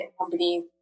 companies